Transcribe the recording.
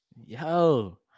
Yo